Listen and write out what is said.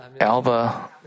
Alba